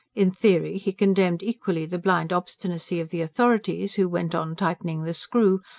in theory he condemned equally the blind obstinacy of the authorities, who went on tightening the screw,